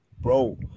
bro